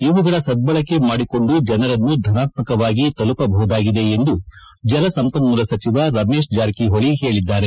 ಇವುಗಳ ಸದ್ದಳೆ ಮಾಡಿಕೊಂಡು ಜನರನ್ನು ಧನಾತ್ಮಕವಾಗಿ ತಲುಪಬಹುದಾಗಿದೆ ಎಂದು ಜಲಸಂಪನ್ನೂಲ ಸಚಿವ ರಮೇಶ್ ಜಾರಕಿಹೊಳಿ ಹೇಳಿದ್ದಾರೆ